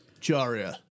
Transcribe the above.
Jaria